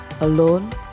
Alone